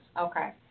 okay